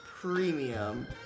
Premium